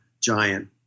giant